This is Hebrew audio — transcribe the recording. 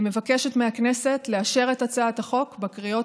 אני מבקשת מהכנסת לאשר את הצעת החוק בקריאות